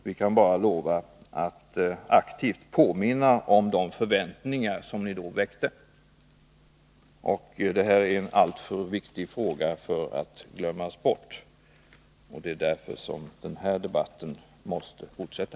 Vi kan bara lova att aktivt påminna om de förväntningar som ni då väckte. Detta är en alltför viktig fråga för att glömmas bort. Det är därför som den här debatten måste fortsätta.